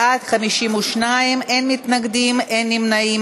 בעד, 52, אין מתנגדים, אין נמנעים.